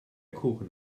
kuchen